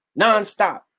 nonstop